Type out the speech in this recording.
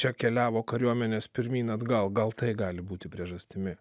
čia keliavo kariuomenės pirmyn atgal gal tai gali būti priežastimi